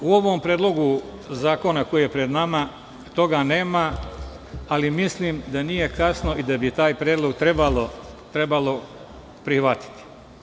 U ovom Predlogu zakona koji je pred nama toga nema, ali mislim da nije kasno i da bi taj predlog trebalo prihvatiti.